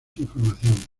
información